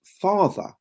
father